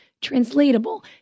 translatable